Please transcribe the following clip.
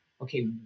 okay